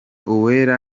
uwera